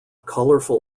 colorful